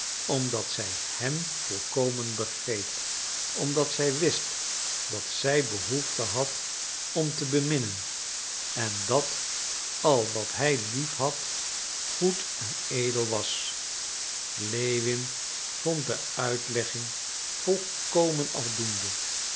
omdat zij hem volkomen begreep omdat zij wist dat zij behoefte had om te beminnen en dat al wat hij lief had goed en edel was lewin vond de uitlegging volkomen afdoende